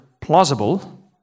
plausible